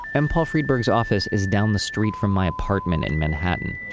m paul friedberg's office is down the street from my apartment in manhattan.